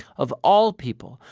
of all people,